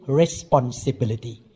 responsibility